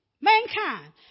Mankind